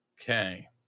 Okay